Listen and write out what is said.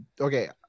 okay